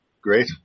Great